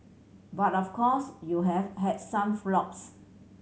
but of course you have has some flops